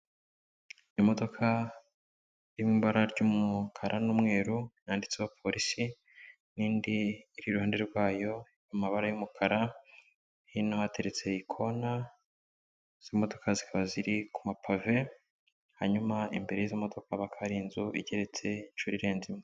Imodoka yo mu ibara ry'umukara n'umweru yanditseho polisi n'indi iri iruhande rwayo, amabara y'umukara hino hateretse ikona iz'imodoka zika ziri ku mapave, hanyuma imbere y'izo modoka hakaba hari inzu igeretse inshuro irenze imwe.